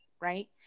right